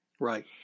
Right